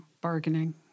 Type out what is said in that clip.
bargaining